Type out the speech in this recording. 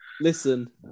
listen